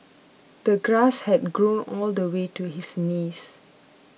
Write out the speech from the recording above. the grass had grown all the way to his knees